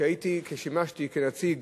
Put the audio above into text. שימשתי כנציג